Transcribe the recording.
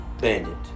bandit